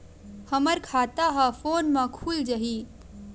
हमर खाता ह फोन मा खुल जाही?